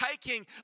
taking